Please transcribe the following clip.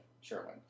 Sherwin